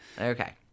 Okay